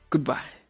Goodbye